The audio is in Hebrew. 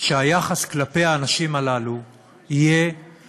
שהיחס כלפי האנשים הללו יהיה